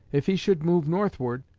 if he should move northward,